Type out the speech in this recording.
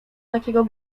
takiego